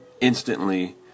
instantly